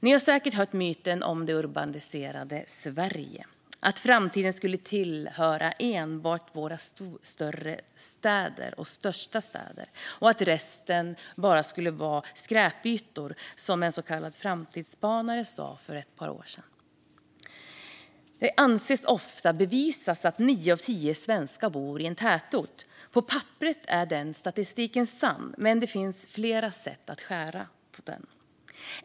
Ni har säkert hört myten om det urbaniserade Sverige - att framtiden skulle tillhöra enbart våra största städer och att resten bara skulle vara skräpytor, som en så kallad framtidsspanare sa för ett par år sedan. Detta anses ofta bevisat av att nio av tio svenskar bor i en tätort. På papperet är den statistiken sann, men det finns fler sätt att skära den på.